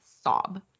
sob